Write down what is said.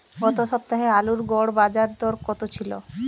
গত সপ্তাহে আলুর গড় বাজারদর কত ছিল?